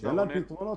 צהריים טובים.